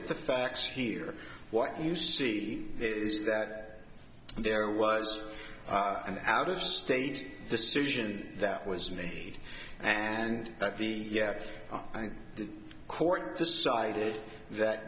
at the facts here what you see is that there was an out of state decision that was made and that the court decided that